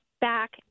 back